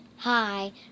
Hi